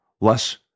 Less